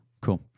Cool